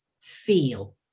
feel